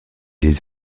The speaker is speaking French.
les